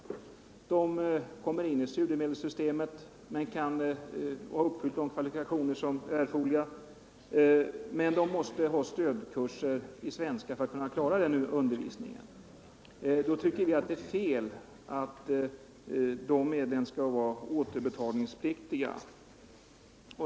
De uppfyller de erforderliga kvalifikationerna och kommer in i studiemedelssystemet, men de måste ha stödundervisning i svenska för att kunna klara undervisningen. Då tycker vi att det är fel att de medlen skall vara återbetalningspliktiga.